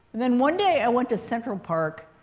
then, one day i went to central park.